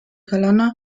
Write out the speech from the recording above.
colonna